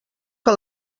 que